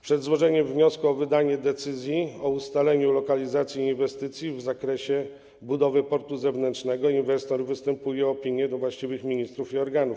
Przed złożeniem wniosku o wydanie decyzji o ustaleniu lokalizacji inwestycji w zakresie budowy portu zewnętrznego inwestor występuje o opinię do właściwych ministrów i organów.